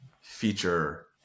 feature